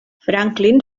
franklin